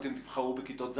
אתם תבחרו בכיתות ז'?